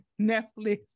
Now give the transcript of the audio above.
Netflix